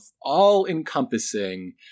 all-encompassing